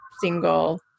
single